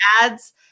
ads